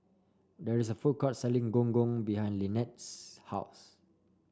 there is a food court selling Gong Gong behind Lynnette's house